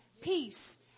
peace